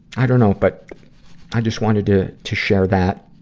i dunno, but i just wanted to, to share that.